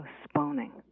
postponing